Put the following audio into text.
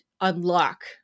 unlock